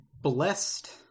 blessed